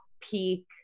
peak